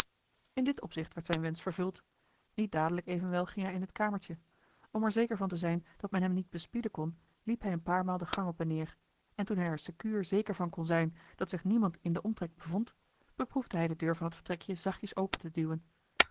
in dit opzicht werd zijn wensch vervuld niet dadelijk evenwel ging hij in het kamertje om er zeker van te zijn dat men hem niet bespieden kon liep hij een paar maal de gang op en neer en toen hij er secuur zeker van kon zijn dat zich niemand in den omtrek bevond beproefde hij de deur van het vertrekje zachtjes open te duwen